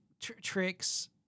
tricks